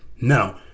No